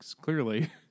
clearly